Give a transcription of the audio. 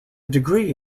degree